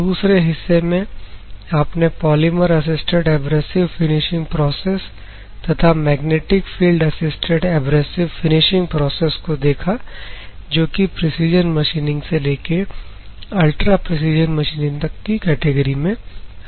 दूसरे हिस्से में अपने polymer assisted abrasive finishing process तथा magnetic field assisted abrasive finishing process को देखा जो कि प्रेसीजन मशीनिंग से लेकर अल्ट्रा प्रेसीजन मशीनिंग तक की कैटेगरी में आते हैं